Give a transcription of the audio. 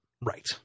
Right